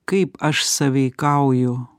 kaip aš sąveikauju